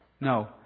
No